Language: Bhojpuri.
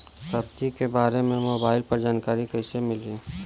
सब्जी के बारे मे मोबाइल पर जानकारी कईसे मिली?